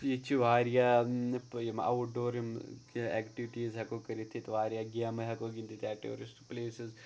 ییٚتہِ چھِ واریاہ یِم آوُٹ ڈور یِم کینٛہہ اٮ۪کٹِوِٹیٖز ہٮ۪کو کٔرِتھ ییٚتہِ واریاہ گیمہٕ ہٮ۪کو گِنٛدِتھ یا ٹیوٗرِسٹ پٕلیسٕز